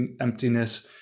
emptiness